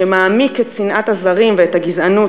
שמעמיק את שנאת הזרים ואת הגזענות,